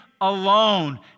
alone